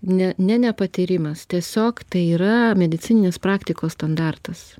ne ne nepatyrimas tiesiog tai yra medicininės praktikos standartas